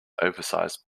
oversized